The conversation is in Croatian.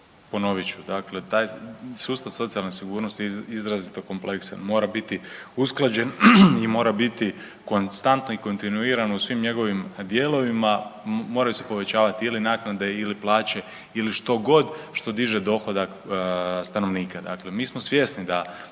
ponovit ću. Dakle, taj sustav socijalne sigurnosti je izrazito kompleksan. Mora biti usklađen i mora biti konstantno i kontinuirano u svim njegovim dijelovima, moraju se povećavati ili naknade ili plaće ili što god što diže dohodak stanovnika. Dakle mi smo svjesni da